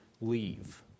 leave